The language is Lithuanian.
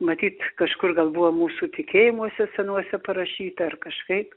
matyt kažkur gal buvo mūsų tikėjimuose senuose parašyta ar kažkaip